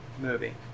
movie